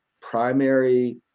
primary